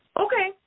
Okay